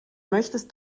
möchtest